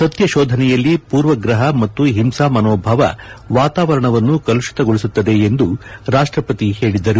ಸತ್ಯಶೋಧನೆಯಲ್ಲಿ ಮೂರ್ವಗ್ರಹ ಮತ್ತು ಹಿಂಸಾಮನೋಭಾವ ವಾತಾವರಣವನ್ನು ಕಲುಷಿತಗೊಳಿಸುತ್ತದೆ ಎಂದು ರಾಷ್ಟಪತಿ ಹೇಳಿದರು